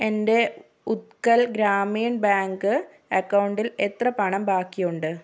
എൻ്റെ ഉത്കൽ ഗ്രാമീൺ ബാങ്ക് അക്കൗണ്ടിൽ എത്ര പണം ബാക്കിയുണ്ട്